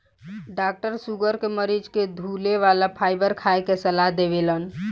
doctor sugar के मरीज के धुले वाला फाइबर खाए के सलाह देवेलन